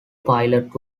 pilot